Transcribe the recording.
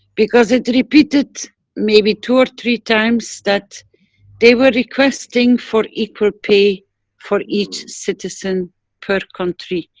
because it repeated maybe two or three times, that they were requesting for equal pay for each citizen per country.